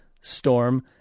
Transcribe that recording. Storm